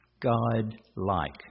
God-like